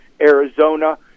Arizona